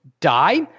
die